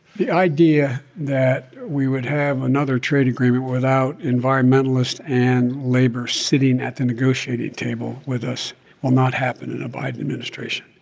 the idea that we would have another trade agreement without environmentalists and labor sitting at the negotiating table with us will not happen in a biden administration.